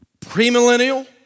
premillennial